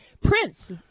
Prince